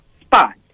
spot